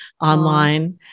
online